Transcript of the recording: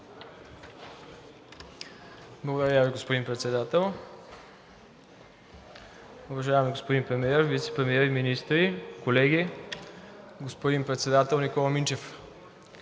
Благодаря Ви, господин Председател. Уважаеми господин Премиер, вицепремиери и министри, колеги! Господин председател Никола Минчев,